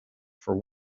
for